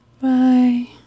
Bye